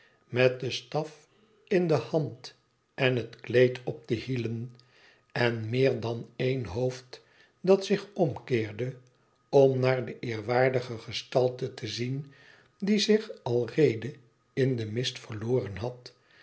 met den staf in de hand en het kleed op de hielen en meer dan één hoofd dat zich omkeerde om naar de eerwaardige gestalte te zien die zich aireede in den mist verloren had